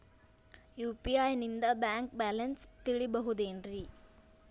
UPI ನಿಂದ bank balance ತಿಳಿಬಹುದೇನ್ರಿ?